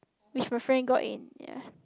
which my friend got in ya